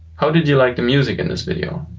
how did you like the music in this video?